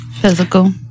Physical